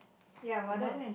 ya